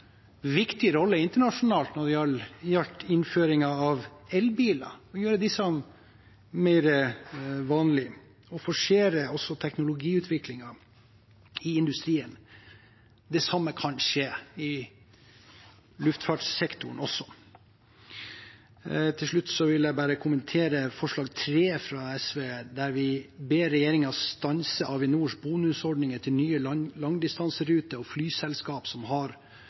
viktig rolle internasjonalt da det gjaldt innføringen av elbiler – å gjøre disse mer vanlig og å forsere teknologiutviklingen i industrien. Det samme kan skje i luftfartssektoren også. Til slutt vil jeg kommentere forslag nr. 3, fra SV, der vi ber regjeringen stanse Avinors bonusordninger til nye langdistanseruter og flyselskap som har